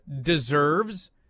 deserves